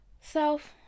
self